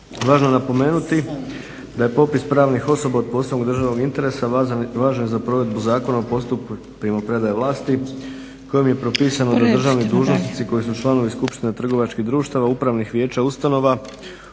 Važno je napomenuti da je popis pravnih osoba od posebnog državnog interesa važan za provedbu zakona o postupku primopredaje vlasti kojim je propisano da državni dužnosnici koji su članovi skupštine trgovačkih društava, upravnih vijeća ustanova